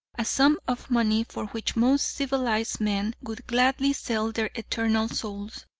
a sum of money for which most civilized men would gladly sell their eternal souls.